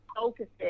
focuses